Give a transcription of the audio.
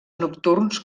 nocturns